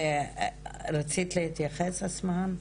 רצית להתייחס, אסמהאן?